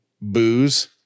booze